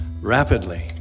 rapidly